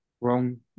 wrong